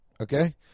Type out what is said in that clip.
Okay